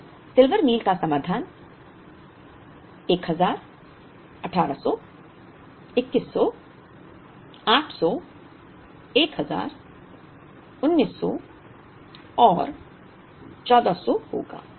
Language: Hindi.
तो सिल्वर मील का समाधान 1000 1800 2100 800 1000 1900 और 1400 होगा